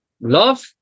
love